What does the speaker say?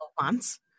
months